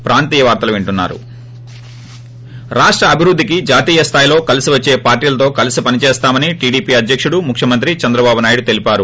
break రాష్ట అభివృద్ధికి జాతీయ స్తాయిలో కలిసి వచ్చే పార్టీలతో కలిసి పని చేస్తామని టీడీపీ అధ్యక్తుడు ముఖ్యమంత్రి చంద్రబాబు నాయుడు తెలిపారు